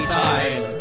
time